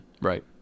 Right